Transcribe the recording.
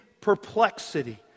perplexity